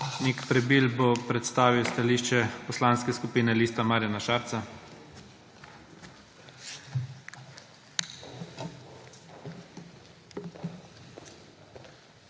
Nik Prebil bo predstavil stališče Poslanske skupine Lista Marjana Šarca.